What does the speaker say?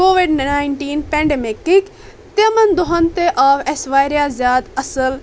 covid nineteen پینڈمِککۍ تِمن دۄہن تہِ آو اسہِ واریاہ زیادٕ اصل